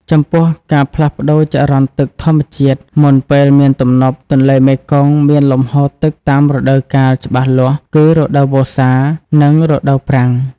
ចំពោះ ការផ្លាស់ប្ដូរចរន្តទឹកធម្មជាតិ មុនពេលមានទំនប់ ទន្លេមេគង្គមានលំហូរទឹកតាមរដូវកាលច្បាស់លាស់គឺ រដូវវស្សា និងរដូវប្រាំង។